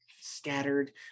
scattered